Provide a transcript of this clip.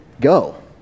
go